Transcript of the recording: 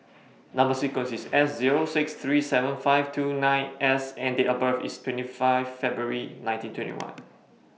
Number sequence IS S Zero six three seven five two nine S and Date of birth IS twenty five February nineteen twenty one